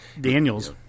Daniels